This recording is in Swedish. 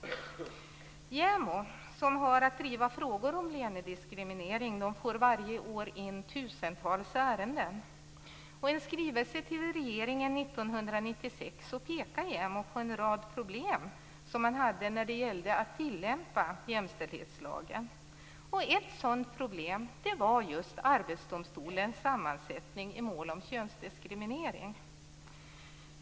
JämO, som har att driva frågor om lönediskriminering, får varje år in tusentals ärenden. I en skrivelse till regeringen 1996 pekade JämO på en rad problem som man hade när det gällde att tillämpa jämställdhetslagen. Ett sådant problem var just Arbetsdomstolens sammansättning i mål om könsdiskriminering.